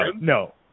no